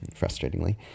frustratingly